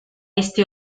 este